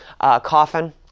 coffin